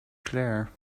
claire